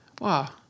Wow